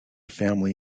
family